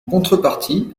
contrepartie